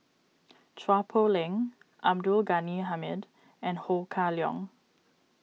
Chua Poh Leng Abdul Ghani Hamid and Ho Kah Leong